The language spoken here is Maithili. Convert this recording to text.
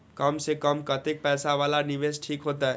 कम से कम कतेक पैसा वाला निवेश ठीक होते?